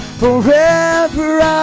forever